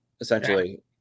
essentially